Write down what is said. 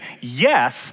yes